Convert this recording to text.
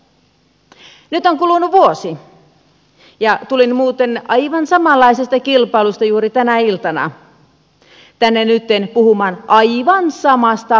nyt on kulunut vuosi ja tulin muuten aivan samanlaisesta kilpailusta juuri nyt tänä iltana tänne puhumaan aivan samasta asiasta